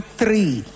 three